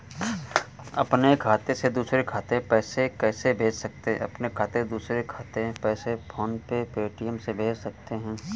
अपने खाते से दूसरे खाते में पैसे कैसे भेज सकते हैं?